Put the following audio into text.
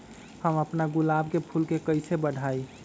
हम अपना गुलाब के फूल के कईसे बढ़ाई?